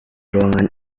ruangan